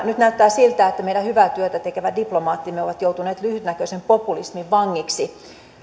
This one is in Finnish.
nyt näyttää siltä että meidän hyvää työtä tekevät diplomaattimme ovat joutuneet lyhytnäköisen populismin vangeiksi